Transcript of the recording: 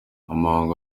umuhango